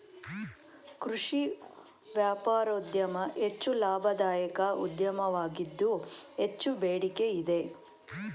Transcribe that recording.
ಕೃಷಿ ವ್ಯಾಪಾರೋದ್ಯಮ ಹೆಚ್ಚು ಲಾಭದಾಯಕ ಉದ್ಯೋಗವಾಗಿದ್ದು ಹೆಚ್ಚು ಬೇಡಿಕೆ ಇದೆ